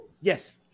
Yes